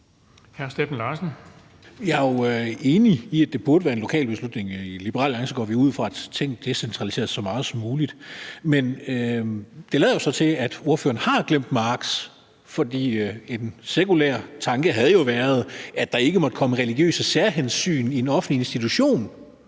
Jeg er jo enig i, at det burde være en lokal beslutning. I Liberal Alliance går vi ind for, at tingene decentraliseres så meget som muligt. Men det lader så til, at ordføreren har glemt Marx, for en sekulær tanke havde jo været, at der ikke måtte komme religiøse særhensyn i en offentlig institution.